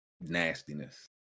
Nastiness